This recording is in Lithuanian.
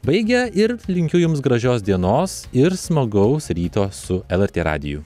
baigia ir linkiu jums gražios dienos ir smagaus ryto su lrt radiju